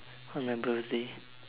on my birthday